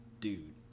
dude